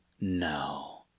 no